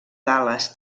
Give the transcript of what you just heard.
dallas